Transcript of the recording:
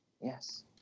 Yes